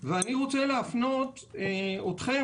ואני מפנה אתכם,